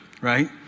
right